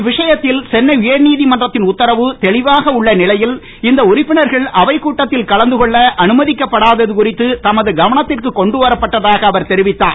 இவ்விஷயத்தில் சென்னை உயர்நீதிமன்றத்தின் உத்தரவு தெளிவாக உள்ள நிலையில் இந்த உறுப்பினர்கள் அவைக் கூட்டத்தில் கலந்து கொள்ள அனுமதிக்கப்படாதது குறித்து தமது கவனத்திற்கு கொண்டு வரப்பட்டதாக அவர் தெரிவித்துள்ளார்